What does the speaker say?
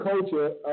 culture